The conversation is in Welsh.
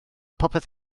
popeth